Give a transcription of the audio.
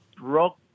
Rock